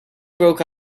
broke